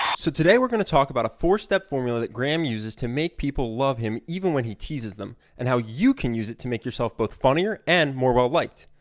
so today we're going to talk about a four step formula that graham uses to make people love him even when he teases them and how you can use it to make yourself both funnier and more well-liked.